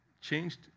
changed